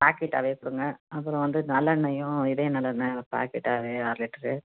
பாக்கெட்டாகவே கொடுங்க அப்புறம் வந்து நல்லெண்ணையும் இதயம் நல்லெண்ணெய் பாக்கெட்டாகவே அரை லிட்ரு